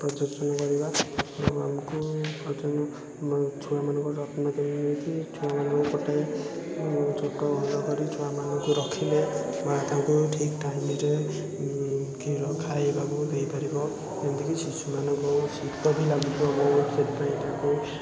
ପ୍ରଜନନ କରିବା ଏଣୁ ଆମକୁ ଛୁଆମାନଙ୍କ ଯତ୍ନ କେମିତି ନେଇକି ଛୁଆମାନଙ୍କୁ ଗୋଟିଏ ଛୁଆମାନଙ୍କୁ ରଖିଲେ ମା' ତାଙ୍କୁ ଠିକ୍ଠାକ୍ ନିଜେ କ୍ଷୀର ଖାଇବାକୁ ଦେଇପାରିବ ଏମିତିକି ଶିଶୁମାନଙ୍କୁ ଶୀତ ବି ଲାଗୁଥିବ ବହୁତ ସେଥିପାଇଁ ତାଙ୍କୁ